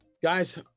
Guys